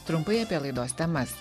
trumpai apie laidos temas